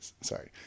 sorry